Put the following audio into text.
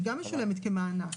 היא גם משולמת כמענק,